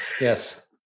Yes